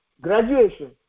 graduation